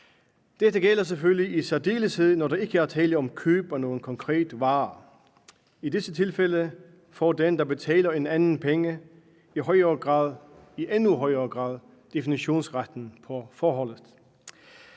Dette gælder selvfølgelig i særdeleshed, når der ikke er tale om køb af nogen konkrete varer. I disse tilfælde får den, der betaler en anden penge, i endnu højere grad retten til at definere forholdet.